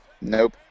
nope